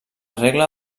regla